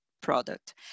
product